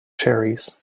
cherries